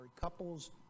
couples